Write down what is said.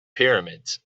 pyramids